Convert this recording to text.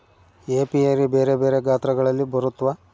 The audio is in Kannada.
ಏಪಿಯರಿ ಬೆರೆ ಬೆರೆ ಗಾತ್ರಗಳಲ್ಲಿ ಬರುತ್ವ